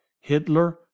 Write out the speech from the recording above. Hitler